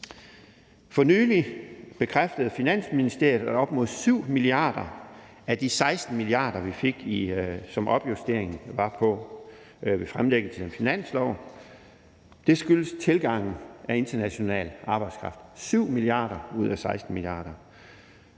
For nylig bekræftede Finansministeriet, at op mod 7 mia. af de 16 mia. kr., som opjusteringen var på ved fremlæggelsen af finanslovsforslaget, skyldes tilgangen af international arbejdskraft – 7 mia. ud af 16 mia.